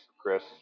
Chris